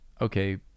okay